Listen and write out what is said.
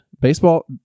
Baseball